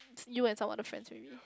you and some other friends with me